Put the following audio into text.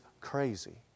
Crazy